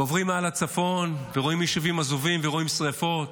עוברים מעל הצפון ורואים יישובים עזובים ורואים שרפות.